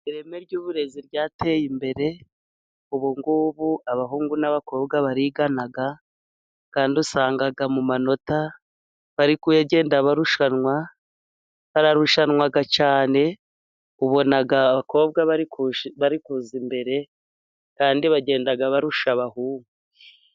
Ireme ry'uburezi ryateye imbere, ubugubu abahungu n'abakobwa barigana, kandi usanga mu manota bari kugenda barushanwa , harushanwa cyane, ubona abakobwa bari bari kuza imbere, kandi bagenda barusha abahungu.